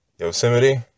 Yosemite